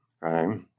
right